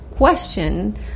Question